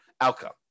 outcome